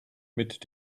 mit